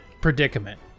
predicament